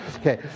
Okay